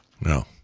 No